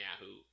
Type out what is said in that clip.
Yahoo